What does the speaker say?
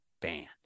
band